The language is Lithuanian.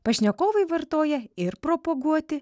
pašnekovai vartoja ir propoguoti